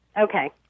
Okay